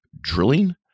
drilling